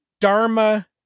Dharma